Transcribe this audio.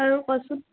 আৰু কচোন